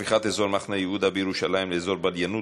הפיכת אזור מחנה-יהודה בירושלים לאזור בליינות